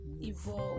evolve